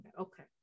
Okay